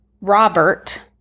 Robert